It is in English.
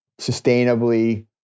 sustainably